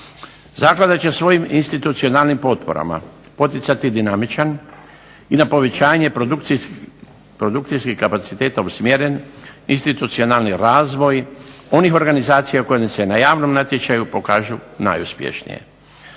Zaklada će svojim institucionalnim potporama poticati dinamičan i na povećanje produkcijskih kapaciteta usmjeren institucionalni razvoj onih organizacija koje se na javnom natječaju pokažu najuspješnije.